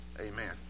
amen